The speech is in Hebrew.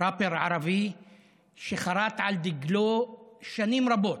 ערבי שחרת על דגלו שנים רבות,